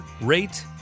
rate